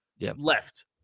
left